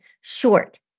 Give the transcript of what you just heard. short